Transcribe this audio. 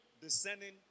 descending